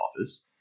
Office